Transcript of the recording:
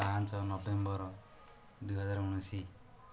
ପାଞ୍ଚ ନଭେମ୍ବର ଦୁଇ ହଜାର ଉଣେଇଶି